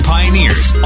Pioneers